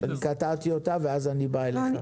קטעתי אותה, ואז אני בא אליך.